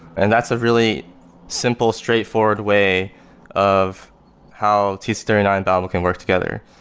and that's a really simple straightforward way of how t c three nine babel can work together.